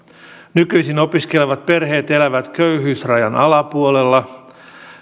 nykyisin opiskelevat perheet elävät köyhyysrajan alapuolella